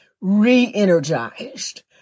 re-energized